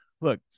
look